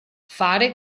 fare